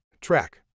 Track